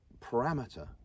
parameter